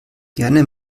gerne